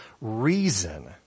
reason